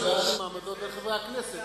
הכנסת עכשיו בעיה של מעמדות בין חברי הכנסת.